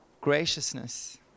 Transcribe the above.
graciousness